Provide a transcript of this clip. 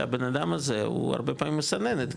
שהבנאדם הזה הוא הרבה פעמים מסננת,